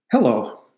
Hello